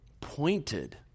pointed